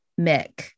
Mick